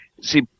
see